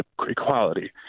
equality